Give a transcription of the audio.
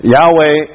Yahweh